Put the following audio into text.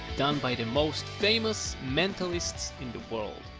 done by the most famous mentalists in the world.